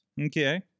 Okay